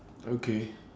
okay